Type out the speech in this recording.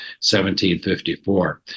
1754